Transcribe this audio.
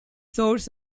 source